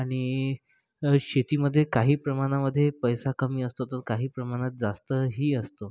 आणि जर शेतीमधे काही प्रमाणामध्ये पैसा कमी असतो तर काही प्रमाणात जास्तही असतो